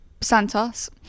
Santos